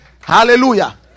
Hallelujah